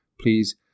please